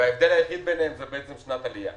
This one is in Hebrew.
ההבדל היחיד בין שתי הקבוצות האלה הוא שנת עלייה.